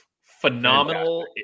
Phenomenal